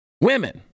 women